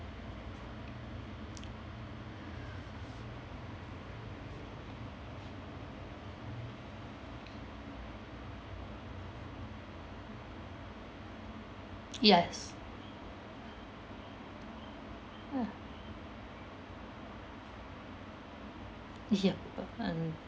yes uh yup uh and